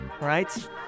right